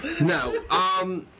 No